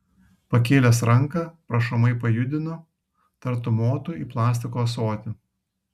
pakėlęs ranką prašomai pajudino tartum motų į plastiko ąsotį